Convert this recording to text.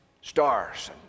stars